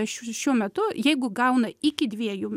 šiuo metu jeigu gauna iki dviejų